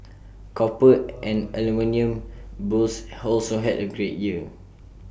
copper and aluminium bulls also had A great year